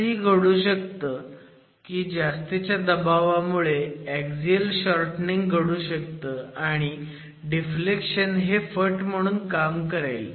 असंही घडू शकतं की जास्तीच्या दबावामुळे एक्झिअल शॉर्टनिंग घडू शकतं आणि डिफ्लेक्शन हे फट म्हणून काम करेल